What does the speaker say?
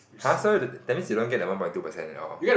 !huh! so th~ that means you don't get the one point two percent at all